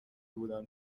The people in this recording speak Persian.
بودم